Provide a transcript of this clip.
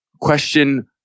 Question